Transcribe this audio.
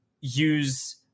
use